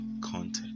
content